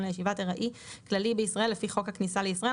לישיבת ארעי כללי בישראל לפי חוק הכניסה לישראל,